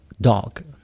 dog